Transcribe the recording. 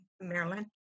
Maryland